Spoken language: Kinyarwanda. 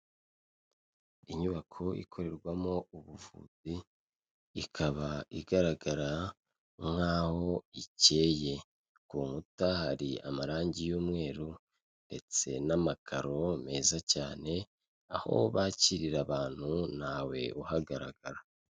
Inyubako ikorerwamo ubuvuzi, ikaba igaragara nk'aho ikeye, ku nkuta hari amarangi y'umweru ndetse n'amakaro meza cyane, aho bakirira abantu ntawe uhagaragara.